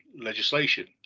legislation